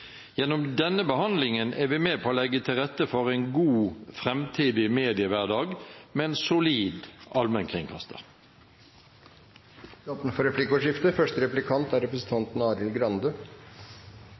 Gjennom denne behandlingen er vi med på å legge til rette for en god framtidig mediehverdag med en solid allmennkringkaster. Det blir replikkordskifte. At dette er